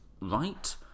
right